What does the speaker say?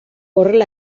horrela